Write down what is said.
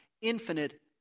infinite